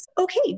okay